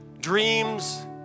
dreams